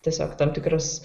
tiesiog tam tikras